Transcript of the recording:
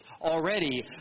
Already